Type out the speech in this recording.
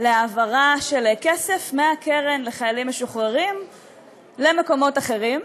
להעברת כסף מהקרן לחיילים משוחררים למקומות אחרים.